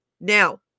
now